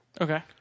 Okay